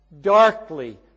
darkly